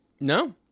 No